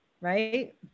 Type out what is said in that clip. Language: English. Right